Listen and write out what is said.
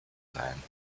sein